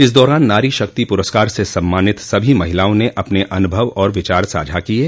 इस दौरान नारी शक्ति पुरस्कार से सम्मानित सभी महिलाओं ने अपने अनुभव और विचार साझा किये